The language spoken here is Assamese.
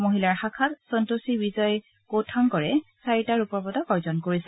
মহিলাৰ শাখাত সন্তোষী বিজয় কৌথাংকৰে চাৰিটা ৰূপৰ পদক অৰ্জন কৰিছে